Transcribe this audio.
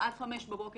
עד 5:00 בבוקר,